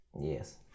Yes